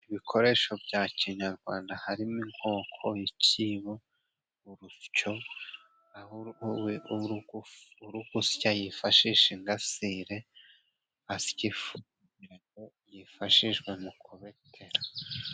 Ibikoresho bya kinyarwanda harimo: inkoko, icibo, urusyo ,aho uri gusya yifashisha ingasire asya ifu yifashishwa mu kubetera.